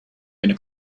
gonna